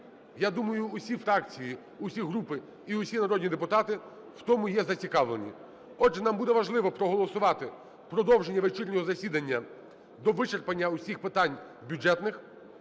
Я думаю, усі фракції, усі групи і усі народні депутати в тому є зацікавлені. Отже, нам буде важливо проголосувати продовження вечірнього засідання до вичерпання усіх питань бюджетних